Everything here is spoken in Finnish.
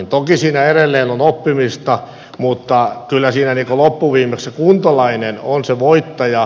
toki siinä edelleen on oppimista mutta kyllä siinä loppuviimeksi kuntalainen on se voittaja